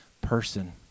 person